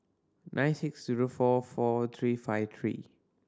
nine six zero four four three five three